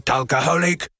alcoholic